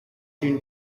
soon